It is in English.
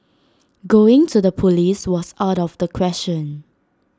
going to the Police was out of the question